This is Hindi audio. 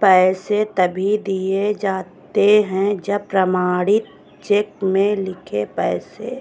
पैसे तभी दिए जाते है जब प्रमाणित चेक में लिखे पैसे